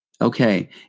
Okay